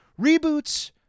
reboots